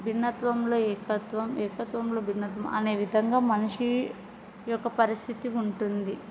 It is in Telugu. భిన్నత్వంలో ఏకత్వం ఏకత్వంలో భిన్నత్వం అనే విధంగా మనిషి యొక్క పరిస్థితి ఉంటుంది